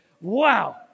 Wow